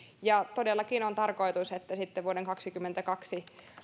todellakin on tarkoitus että paitsi että vuoden kaksikymmentäkaksi